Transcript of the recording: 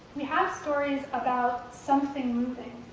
we have stories about something moving.